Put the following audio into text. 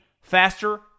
faster